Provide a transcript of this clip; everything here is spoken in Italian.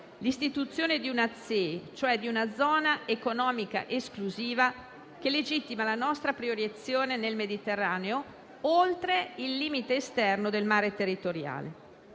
l'istituzione di una ZEE, cioè di una zona economica esclusiva, che legittima la nostra proiezione nel Mediterraneo oltre il limite esterno del mare territoriale.